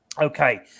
Okay